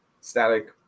Static